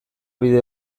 bide